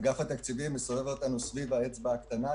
אגף התקציבים מסובב אותנו סביב האצבע הקטנה.